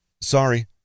Sorry